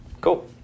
cool